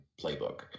playbook